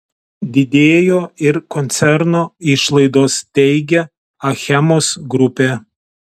didėjo ir koncerno išlaidos teigia achemos grupė